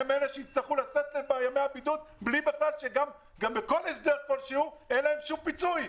הם אלה שיצטרכו לשאת בימי הבידוד ובכל הסדר כלשהו אין להם שום פיצוי.